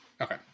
Okay